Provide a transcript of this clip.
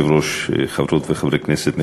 אדוני היושב-ראש, חברות וחברי כנסת נכבדים,